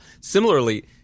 Similarly